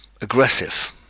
aggressive